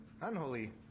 unholy